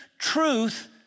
truth